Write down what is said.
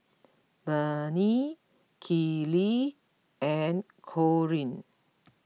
Bennie Kylee and Corean